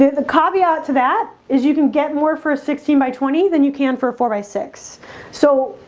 the caveat to that is you can get more for a sixteen by twenty than you can for a four by six so